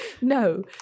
no